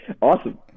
Awesome